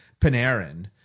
Panarin